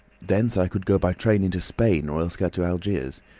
thence i could go by train into spain, or else get to algiers.